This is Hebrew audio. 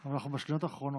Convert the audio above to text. אבל אנחנו בשניות האחרונות,